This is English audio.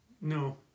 No